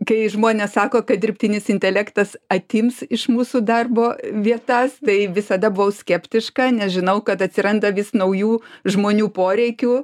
kai žmonės sako kad dirbtinis intelektas atims iš mūsų darbo vietas tai visada buvau skeptiška nes žinau kad atsiranda vis naujų žmonių poreikių